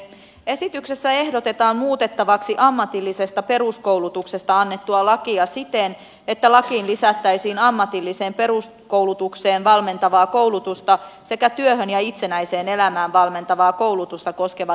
esityksessä ehdotetaan muutettavaksi ammatillisesta peruskoulutuksesta annettua lakia siten että lakiin lisättäisiin ammatilliseen peruskoulutukseen valmentavaa koulutusta sekä työhön ja itsenäiseen elämään valmentavaa koulutusta koskevat säännökset